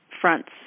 fronts